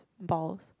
balls